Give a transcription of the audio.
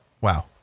Wow